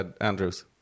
Andrews